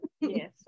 yes